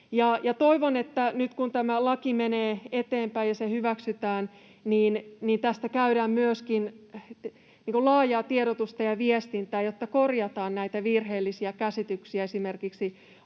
Toivon, että nyt kun tämä laki menee eteenpäin ja se hyväksytään, niin tehdään myöskin laajaa tiedotusta ja viestintää, jotta korjataan näitä virheellisiä käsityksiä, esimerkiksi